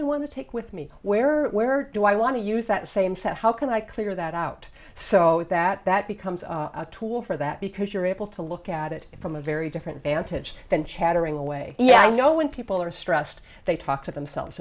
i want to take with me where or where do i want to use that same set how can i clear that out so that that becomes a tool for that because you're able to look at it from a very different vantage than chattering away yeah i know when people are stressed they talk to themselves